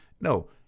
no